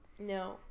No